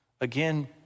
Again